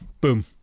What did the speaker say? Boom